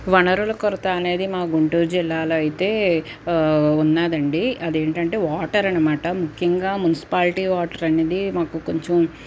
వనరుల కొరత అనేది మా గుంటూరు జిల్లాలో అయితే ఉన్నాదండి అదేంటంటే వాటర్ అనమాట ముఖ్యంగా మున్సిపాలిటీ వాటర్ అనేది మాకు కొంచెం